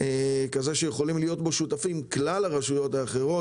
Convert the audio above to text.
כזה שיכולים להיות בו שותפים כלל הרשויות האחרות.